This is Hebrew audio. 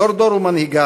דור דור ומנהיגיו,